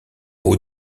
haut